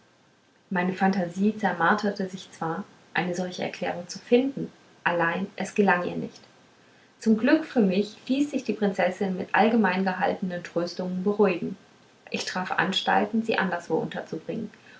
meine phantasie zermarterte sich zwar eine solche erklärung zu finden allein es gelang ihr nicht zum glück für mich ließ sich die prinzessin mit allgemein gehaltenen tröstungen beruhigen ich traf anstalten sie anderswo unterzubringen